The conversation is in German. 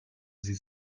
sie